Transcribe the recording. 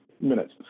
minutes